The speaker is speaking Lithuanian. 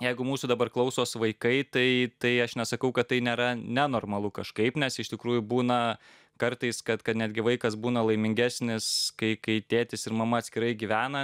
jeigu mūsų dabar klausos vaikai tai tai aš nesakau kad tai nėra nenormalu kažkaip nes iš tikrųjų būna kartais kad kad netgi vaikas būna laimingesnis kai kai tėtis ir mama atskirai gyvena